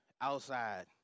outside